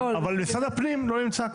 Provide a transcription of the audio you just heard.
אבל משרד הפנים לא נמצא כאן.